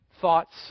thoughts